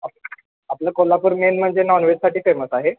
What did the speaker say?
हो आपलं कोल्हापूर मेन म्हणजे नॉन व्हेजसाठी फेमस आहे